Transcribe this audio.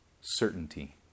certainty